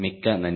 மிக்க நன்றி